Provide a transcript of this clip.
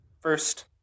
first